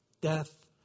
death